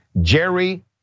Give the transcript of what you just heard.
Jerry